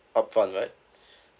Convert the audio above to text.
upfront right